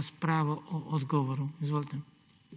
razpravo o odgovori. Izvolite.